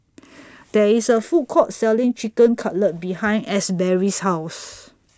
There IS A Food Court Selling Chicken Cutlet behind Asberry's House